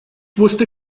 wusste